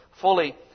fully